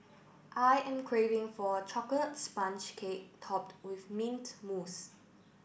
I am craving for a chocolate sponge cake topped with mint mousse